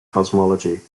cosmology